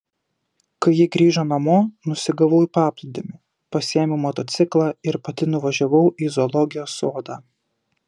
kai ji grįžo namo nusigavau į paplūdimį pasiėmiau motociklą ir pati nuvažiavau į zoologijos sodą